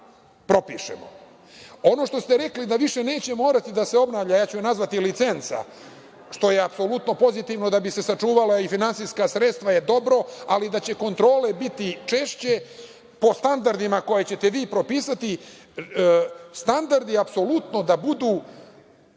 što ste rekli da više neće morati da se obnavlja, ja ću nazvati licenca, što je apsolutno pozitivno da bi se sačuvala i finansijska sredstva, to je dobro, ali da će kontrole biti češće po standardima koje ćete vi propisati, standardi apsolutno da budu